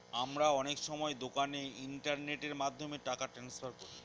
আমরা অনেক সময় দোকানে ইন্টারনেটের মাধ্যমে টাকা ট্রান্সফার করি